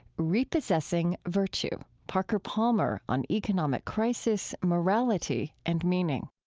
repossessing virtue parker palmer on economic crisis, morality, and meaning.